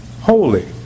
Holy